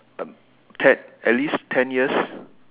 ten at least ten years